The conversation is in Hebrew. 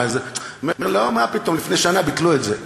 הוא אומר: לא, מה פתאום, לפני שנה ביטלו את זה.